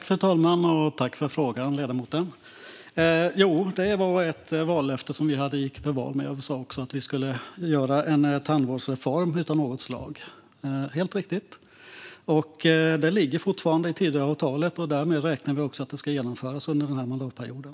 Fru talman! Tack för frågan, ledamoten! Ja, det var ett vallöfte som vi hade och gick till val med. Vi sa att vi skulle göra en tandvårdsreform av något slag, helt riktigt. Det ligger fortfarande i Tidöavtalet, och därmed räknar vi med att det ska genomföras under mandatperioden.